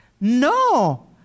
No